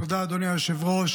תודה, אדוני היושב-ראש.